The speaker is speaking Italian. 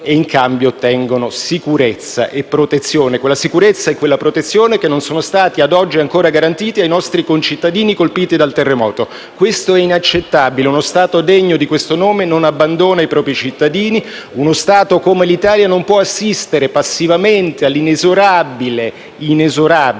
e, in cambio, ottengono sicurezza e protezione; quella sicurezza e quella protezione che non sono stati, ad oggi, ancora garantiti ai nostri concittadini colpiti dal terremoto. Questo è inaccettabile. Uno Stato degno di questo nome non abbandona i propri cittadini; uno Stato come l'Italia non può assistere passivamente all'inesorabile - inesorabile,